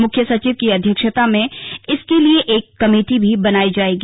मूख्य सचिव की अध्यक्षता में इसके लिए एक कमेटी भी बनाई जायेगी